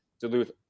Duluth